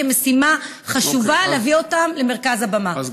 כמשימה חשובה להביא אותם למרכז הבמה.